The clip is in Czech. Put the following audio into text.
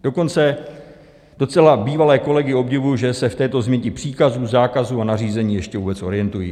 Dokonce docela bývalé kolegy obdivuji, že se v této změti příkazů, zákazů a nařízení ještě vůbec orientují.